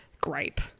gripe